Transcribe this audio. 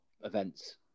events